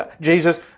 Jesus